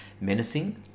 menacing